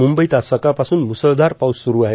मुंबईत आज सकाळपासून म्रुसळधार पाऊस सुरू आहे